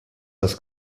das